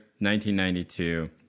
1992